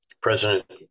president